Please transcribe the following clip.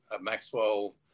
Maxwell